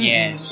Yes